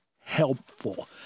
helpful